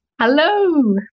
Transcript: Hello